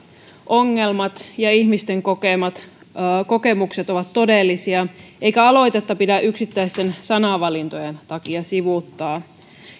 ongelmat ja ihmisten kokemukset ovat todellisia eikä aloitetta pidä yksittäisten sanavalintojen takia sivuuttaa